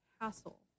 hassle